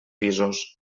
pisos